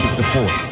support